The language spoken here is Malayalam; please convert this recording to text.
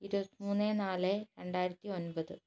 ഇരുപത്തിമൂന്ന് നാല് രണ്ടായിരത്തി ഒൻപത്